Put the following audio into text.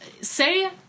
say